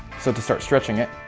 so to start stretching it,